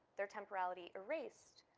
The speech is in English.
they're temporarily erased.